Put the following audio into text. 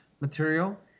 material